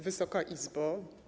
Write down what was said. Wysoka Izbo!